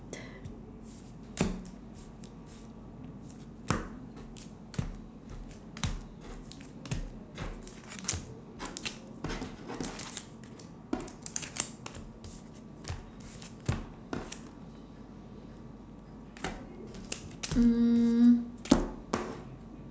mm